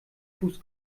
fuß